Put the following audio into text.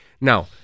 Now